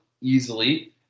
easily